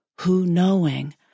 who-knowing